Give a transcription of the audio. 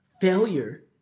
failure